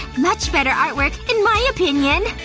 much better artwork, in my opinion!